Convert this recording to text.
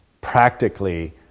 practically